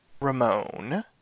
Ramone